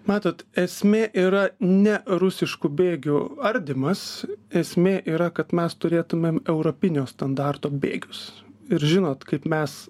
matot esmė yra ne rusiškų bėgių ardymas esmė yra kad mes turėtumėm europinio standarto bėgius ir žinot kaip mes